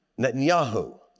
Netanyahu